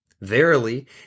Verily